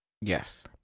Yes